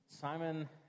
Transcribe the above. Simon